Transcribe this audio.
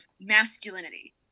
masculinity